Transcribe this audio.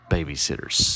Babysitters